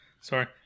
Sorry